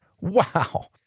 Wow